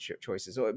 choices